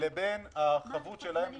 המקדם הזה